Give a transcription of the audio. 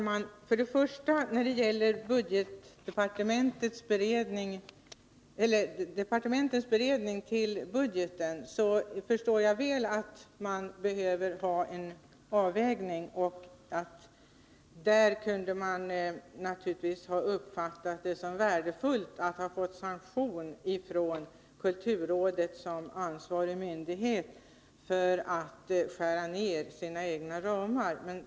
Herr talman! När det gäller departementets beredning av budgeten förstår jag att man behöver ha en avvägning. Där kunde det naturligtvis ha uppfattats som värdefullt att ha fått sanktion från kulturrådet, som ansvarig myndighet, för att skära ned sina egna ramar.